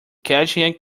catching